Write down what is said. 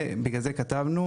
ובגלל זה כתבנו,